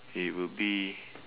it will be